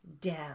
down